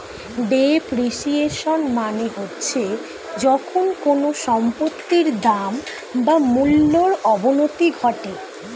depreciation মানে হচ্ছে যখন কোনো সম্পত্তির দাম বা মূল্যর অবনতি ঘটে